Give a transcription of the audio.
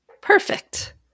Perfect